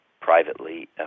privately